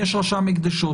יש רשם הקדשות.